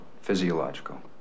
physiological